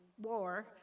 war